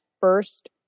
first